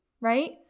right